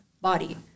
body